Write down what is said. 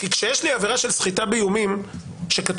כי כשיש לי עבירה של סחיטה באיומים שכתוב